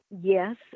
Yes